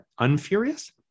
unfurious